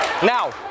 Now